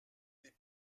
les